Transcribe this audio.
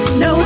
no